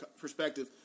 perspective